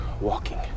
walking